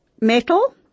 metal